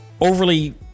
overly